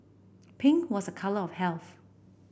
pink was a colour of health